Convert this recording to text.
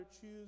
choose